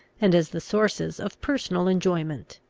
and as the sources of personal enjoyment.